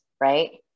right